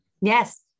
Yes